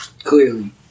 Clearly